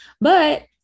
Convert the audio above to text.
but-